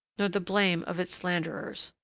nor the blame of its slanderers.